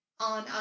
on